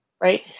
right